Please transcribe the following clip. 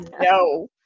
No